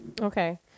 okay